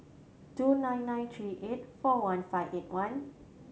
two nine nine three eight four one five eight one